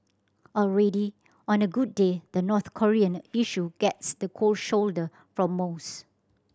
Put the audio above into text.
already on a good day the North Korean issue gets the cold shoulder from most